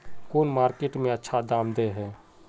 कौन मार्केट में अच्छा दाम दे है?